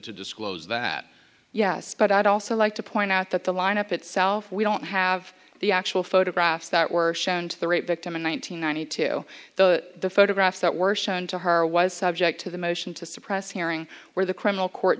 to disclose that yes but i'd also like to point out that the lineup itself we don't have the actual photographs that were shown to the rape victim in one thousand nine hundred two the photographs that were shown to her was subject to the motion to suppress hearing where the criminal court